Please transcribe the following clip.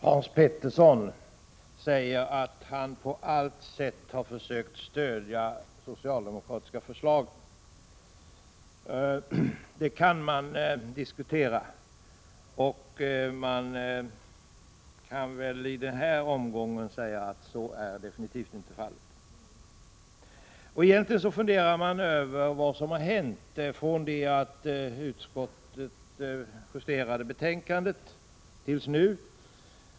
Herr talman! Hans Petersson i Hallstahammar säger att han på allt sätt har försökt stödja det socialdemokratiska förslaget. Det kan man diskutera. I den här omgången kan man väl säga att så definitivt inte är fallet. Egentligen funderar man över vad som har hänt sedan utskottet justerade betänkandet.